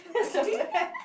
that's the back